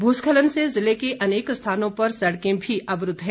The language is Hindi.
भूस्खलन से जिले के अनेक स्थानों पर सड़कें भी अवरूद्व हैं